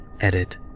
Edit